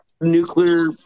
nuclear